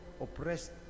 oppressed